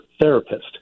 therapist